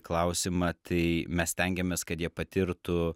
klausimą tai mes stengiamės kad jie patirtų